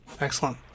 Excellent